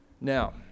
Now